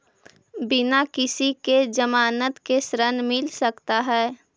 बिना किसी के ज़मानत के ऋण मिल सकता है?